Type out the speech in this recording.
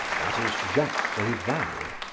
that is jacques rival,